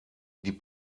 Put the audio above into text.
die